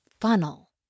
funnel